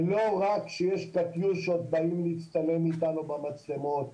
ולא רק כשיש קטיושות באים להצטלם איתנו במצלמות.